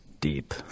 deep